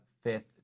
fifth